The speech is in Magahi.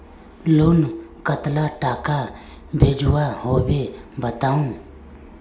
लोन कतला टाका भेजुआ होबे बताउ?